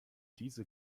diese